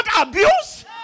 abuse